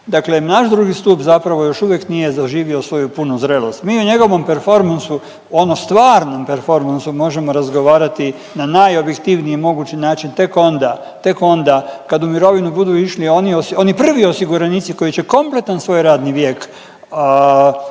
Dakle, naš 2. stup zapravo još uvijek nije zaživio svoju punu zrelost. Mi o njegovom performansu ono stvarnom performansu možemo razgovarati na najobjektivniji mogući način tek onda, tek onda kad u mirovinu budu išli oni, oni prvi osiguranici koji će kompletan svoj radni vijek provesti